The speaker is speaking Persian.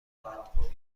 دارند